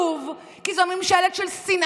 כאשר הממשלה דנה בסוגיה החמורה הזאת